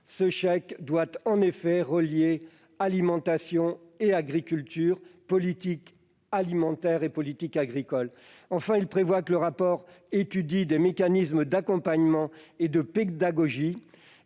Ce dispositif doit en effet relier alimentation et agriculture, politique alimentaire et politique agricole. Enfin, nous souhaitons que le rapport étudie des mécanismes d'accompagnement et de pédagogie,